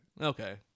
Okay